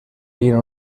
tiene